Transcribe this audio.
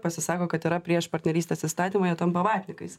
pasisako kad yra prieš partnerystės įstatymą jie tampa vatnikais